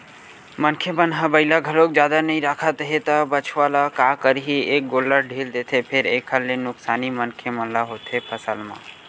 मनखे मन ह बइला घलोक जादा नइ राखत हे त बछवा ल का करही ए गोल्लर ढ़ील देथे फेर एखर ले नुकसानी मनखे मन ल होथे फसल म